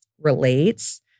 relates